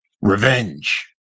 revenge